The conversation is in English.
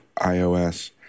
iOS